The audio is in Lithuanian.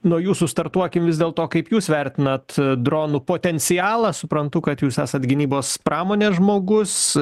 nuo jūsų startuokim vis dėlto kaip jūs vertinat dronų potencialą suprantu kad jūs esat gynybos pramonės žmogus